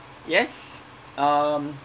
yes um